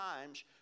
times